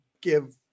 give